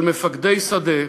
של מפקדי שדה,